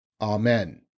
Amen